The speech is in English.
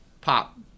pop